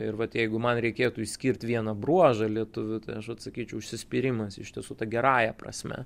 ir vat jeigu man reikėtų išskirt vieną bruožą lietuvių tai aš vat sakyčiau užsispyrimas iš tiesų ta gerąja prasme